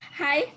hi